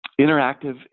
interactive